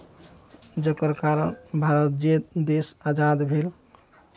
जकर कारण भारत जे देश आजाद भेल